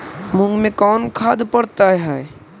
मुंग मे कोन खाद पड़तै है?